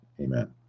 Amen